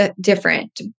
different